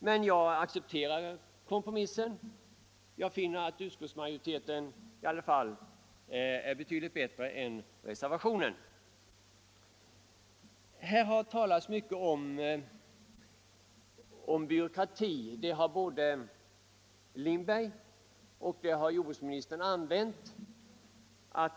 Men jag accepterar kompromissen. Jag finner att utskottsmajoritetens förslag ändå är betydligt bättre än reservanternas. Här har talats mycket om byråkrati. Det ordet har både herr Lindberg och jordbruksministern använt.